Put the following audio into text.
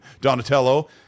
Donatello